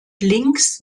links